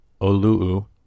Olu'u